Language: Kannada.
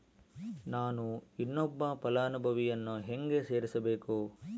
ನಾನು ಇನ್ನೊಬ್ಬ ಫಲಾನುಭವಿಯನ್ನು ಹೆಂಗ ಸೇರಿಸಬೇಕು?